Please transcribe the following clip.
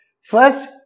First